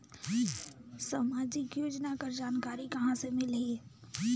समाजिक योजना कर जानकारी कहाँ से मिलही?